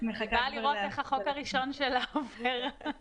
באה לראות איך החוק הראשון שלה עובר.